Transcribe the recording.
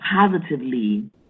positively